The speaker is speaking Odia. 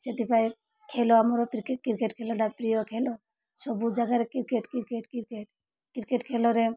ସେଥିପାଇଁ ଖେଳ ଆମର କ୍ରିକେଟ କ୍ରିକେଟ ଖେଳଟା ପ୍ରିୟ ଖେଳ ସବୁ ଜାଗାରେ କ୍ରିକେଟ କ୍ରିକେଟ କ୍ରିକେଟ କ୍ରିକେଟ ଖେଳରେ